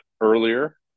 earlier